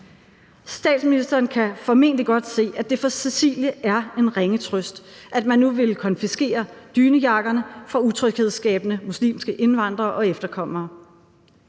Statsministeren kan formentlig godt se, at det for Cecilie er en ringe trøst, at man nu vil konfiskere dynejakkerne fra utryghedsskabende muslimske indvandrere og efterkommere.